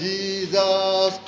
Jesus